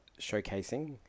showcasing